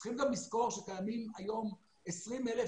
צריכים לזכור שקיימים היום 20,000